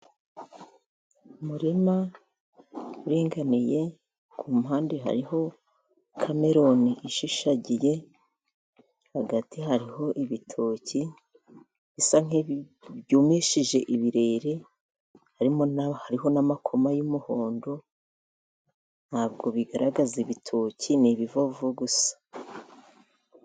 Umurima uringaniye ku muhanda hariho kameruni ishishagiye, hagati hariho ibitoki bisa nk'ibyumishije ibirere, hariho n'amakoma y'umuhondo, ntabwo bigaragaza ibitoki ni ibivovo gusa.